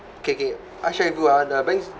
kay kay I share with you ah the b~